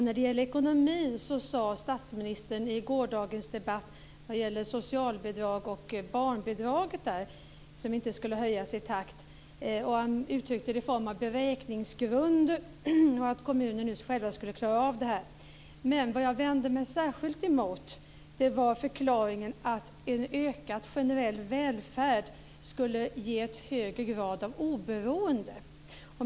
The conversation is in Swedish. När det gäller ekonomin vill jag peka på att statsministern i gårdagens debatt tog upp att barnbidragen och beräkningsgrunden för socialbidragen inte höjs i takt. Han uppmanade kommunerna att själva klara detta. Jag vänder mig särskilt mot förklaringen att en ökad generell välfärd skulle ge en högre grad av oberoende.